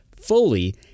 fully